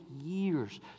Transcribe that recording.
years